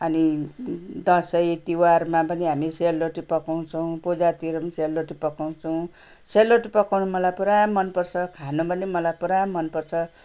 अनि दसैँ तिहारमा पनि हामी सेलरोटी पकाउँछौँ पूजातिर पनि सेलरोटी पकाउँछौँ सेलरोटी पकाउन मलाई पुरा मन पर्छ खान पनि मलाई पुरा मन पर्छ